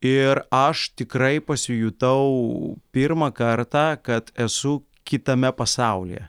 ir aš tikrai pasijutau pirmą kartą kad esu kitame pasaulyje